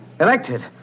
Elected